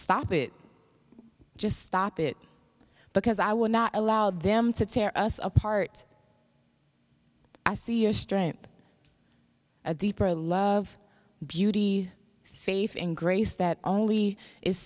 stop it just stop it because i will not allow them to tear us apart i see your strength a deeper love beauty faith and grace that only is